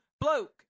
Bloke